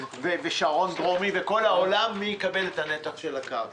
מן השרון הדרומי וכל העולם מתווכחים מי יקבל את נתח הקרקע.